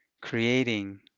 creating